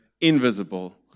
invisible